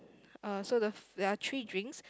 uh so the there are three drinks